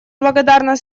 благодарна